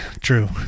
True